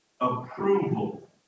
approval